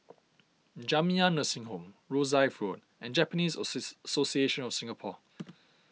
Jamiyah Nursing Home Rosyth Road and Japanese Association of Singapore